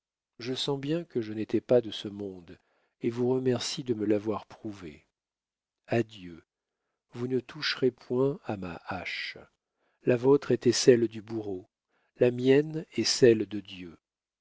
je sens bien que je n'étais pas de ce monde et vous remercie de me l'avoir prouvé adieu vous ne toucherez point à ma hache la vôtre était celle du bourreau la mienne est celle de dieu